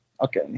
Okay